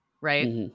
right